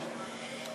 תודה.